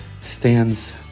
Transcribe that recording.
stands